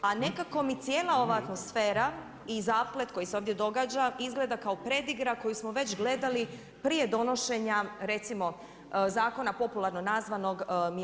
A nekako mi cijela ova atmosfera i zaplet koji se ovdje događa izgleda kao predigra koju smo već gledali prije donošenja recimo zakona popularno nazvanog Milas-Klarić.